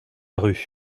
rue